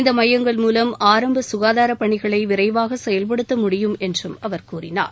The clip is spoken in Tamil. இந்த மையங்கள் மூலம் ஆரம்ப ககாதார பணிகளை விளரவாக செயல்படுத்த முடியும் என்று அவர் கூறினார்